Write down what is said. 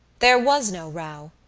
there was no row,